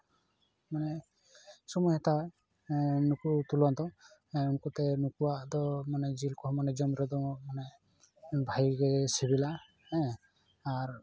ᱢᱟᱱᱮ ᱥᱚᱢᱚᱭ ᱦᱟᱛᱟᱣᱟᱭ ᱱᱩᱠᱩ ᱛᱩᱞᱚᱱᱟ ᱫᱚ ᱱᱩᱠᱩ ᱛᱮ ᱱᱩᱠᱩᱣᱟᱜ ᱫᱚ ᱢᱟᱱᱮ ᱡᱤᱞ ᱠᱚᱦᱚᱸ ᱢᱟᱱᱮ ᱡᱚᱢ ᱨᱮᱫᱚ ᱵᱷᱟᱜᱮ ᱜᱮ ᱥᱤᱵᱤᱞᱟ ᱟᱨ